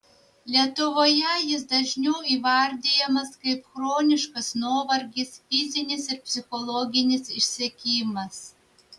lietuvoje jis dažniau įvardijamas kaip chroniškas nuovargis fizinis ir psichologinis išsekimas